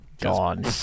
gone